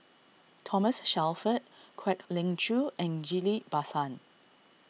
Thomas Shelford Kwek Leng Joo and Ghillie Basan